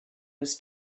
was